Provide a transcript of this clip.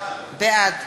בעד